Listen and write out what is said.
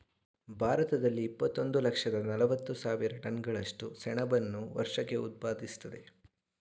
ಭಾರತದಲ್ಲಿ ಇಪ್ಪತ್ತೊಂದು ಲಕ್ಷದ ನಲವತ್ತು ಸಾವಿರ ಟನ್ಗಳಷ್ಟು ಸೆಣಬನ್ನು ವರ್ಷಕ್ಕೆ ಉತ್ಪಾದಿಸ್ತದೆ